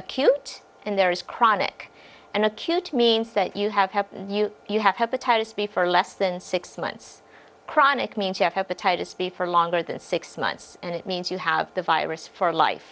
acute and there is chronic and acute means that you have have you you have hepatitis b for less than six months chronic mean the tightest be for longer than six months and it means you have the virus for life